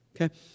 Okay